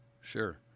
Sure